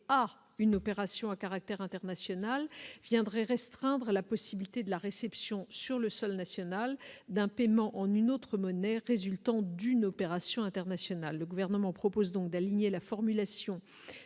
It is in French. à une opération à caractère international viendrait restreindre la possibilité de la réception sur le sol national d'un paiement en une autre monnaie résultant d'une opération internationale, le gouvernement propose donc d'aligner la formulation